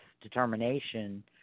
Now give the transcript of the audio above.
determination